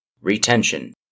Retention